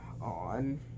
on